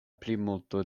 plimulto